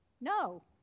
No